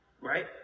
right